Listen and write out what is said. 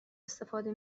استفاده